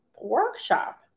workshop